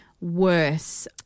worse